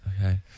Okay